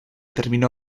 terminó